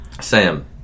Sam